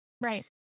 Right